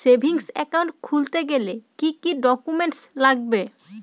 Savings account খুলতে গেলে কি কি ডকুমেন্টস লাগবে?